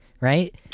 right